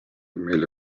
meile